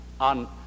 on